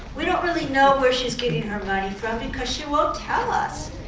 we don't really know where she's getting her money from because she won't tell us.